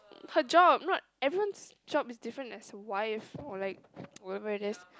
her job not everyone's job is different as a wife or like whatever it is